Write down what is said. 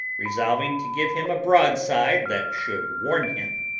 resolving to give him a broadside that should warm him.